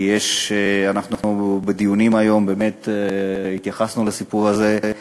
ואנחנו בדיונים היום התייחסנו לסיפור הזה,